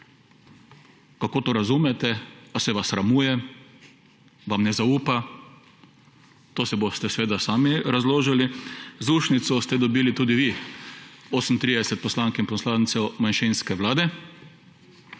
Kako to razumete? Ali se vas sramuje, vam ne zaupa? To se boste seveda sami razložili. Zaušnico ste dobili tudi vi, 38 poslank in poslancev manjšinske vlade.